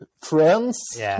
friends